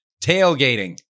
Tailgating